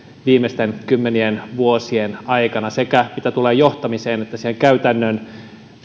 viimeisten kymmenien vuosien aikana siinä mitä tulee johtamiseen sekä käytännön